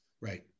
Right